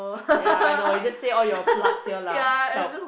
ya I know you just say all your plugs here lah help